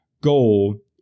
goal